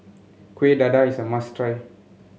Kueh Dadar is must try